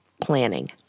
planning